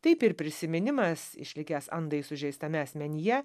taip ir prisiminimas išlikęs andai sužeistame asmenyje